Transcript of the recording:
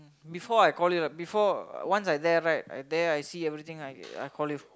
before I call you lah before once I thereby and then I see everything like I call lift